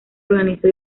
organizó